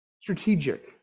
strategic